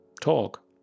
talk